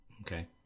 Okay